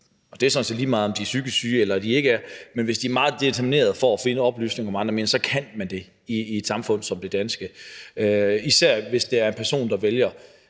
det er sådan set lige meget, om de er psykisk syge eller de ikke er – er meget determineret på at finde oplysninger om andre mennesker, så kan de det i et samfund som det danske, især hvis det er en person, der vælger